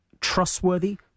trustworthy